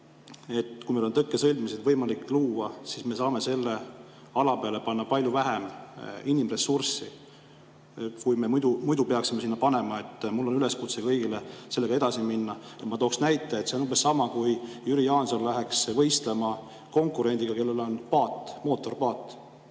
et kui meil on tõkkesõlmesid võimalik luua, siis me saame selle ala peale panna palju vähem inimressurssi, kui me muidu peaksime sinna panema. Mul on üleskutse kõigile sellega edasi minna. Ma toon näite: see on umbes sama, kui Jüri Jaanson läheks võistlema konkurendiga, kellel on mootorpaat,